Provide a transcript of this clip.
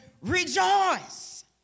rejoice